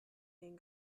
den